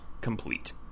complete